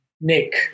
Nick